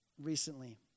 recently